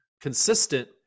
consistent